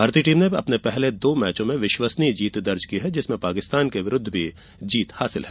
भारतीय टीम ने अपने पहले दो मैचों में विश्वसनीय जीत दर्ज की है जिसमें पाकिस्तान के विरूद्व विजय शामिल है